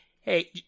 hey